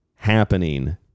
happening